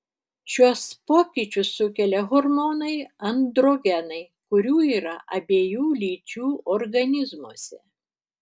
šiuos pokyčius sukelia hormonai androgenai kurių yra abiejų lyčių organizmuose